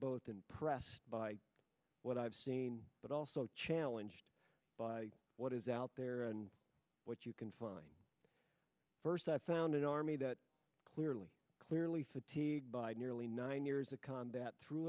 both impressed by what i've seen but also challenged by what is out there and what you can find first i found an army that clearly clearly fatigued by nearly nine years of combat through